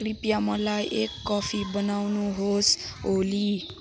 कृपया मलाई एक कफी बनाउनुहोस् ओली